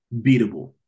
beatable